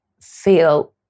feel